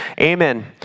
Amen